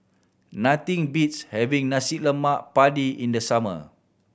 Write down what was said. nothing beats having lemak padi in the summer